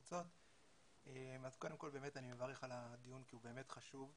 קודם כל אני מברך על הדיון כי הוא באמת חשוב,